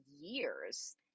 years